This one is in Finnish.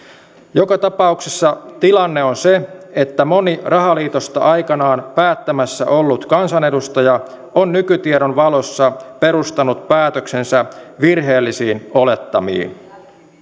joka tapauksessa tilanne on se että moni rahaliitosta aikanaan päättämässä ollut kansanedustaja on nykytiedon valossa perustanut päätöksensä virheellisiin olettamiin